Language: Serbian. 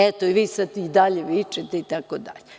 Eto, i vi sad i dalje vičete, itd.